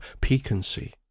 piquancy